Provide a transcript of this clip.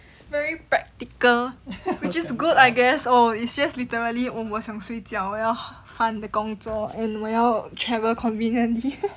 very practical which is good I guess oh is just literally oh 我想睡觉我要 fun 的工作 and 我要 travel conveniently